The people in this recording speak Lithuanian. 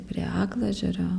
prie aklaežerio